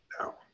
No